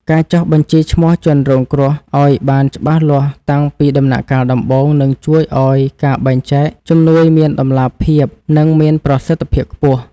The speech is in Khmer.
ការចុះបញ្ជីឈ្មោះជនរងគ្រោះឱ្យបានច្បាស់លាស់តាំងពីដំណាក់កាលដំបូងនឹងជួយឱ្យការបែងចែកជំនួយមានតម្លាភាព និងមានប្រសិទ្ធភាពខ្ពស់។